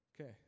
Okay